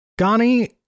Ghani